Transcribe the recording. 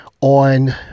on